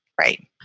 right